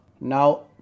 Now